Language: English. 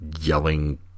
yelling